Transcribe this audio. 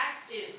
active